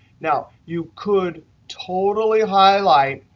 now, you could totally highlight,